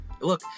Look